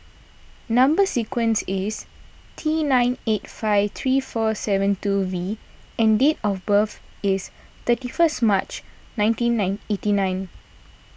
Number Sequence is T nine eight five three four seven two V and date of birth is thirty first March nineteen nine eighty nine